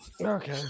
Okay